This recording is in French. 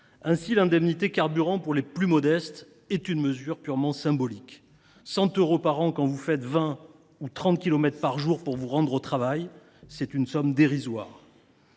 Ainsi, l’indemnité carburant pour les plus modestes n’est qu’une mesure purement symbolique : 100 euros par an quand vous faites vingt ou trente kilomètres par jour pour vous rendre au travail, c’est une somme dérisoire.